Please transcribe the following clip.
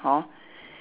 hor